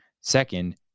Second